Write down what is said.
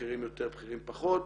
בכירים יותר ובכירים פחות.